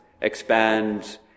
expands